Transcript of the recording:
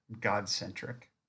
God-centric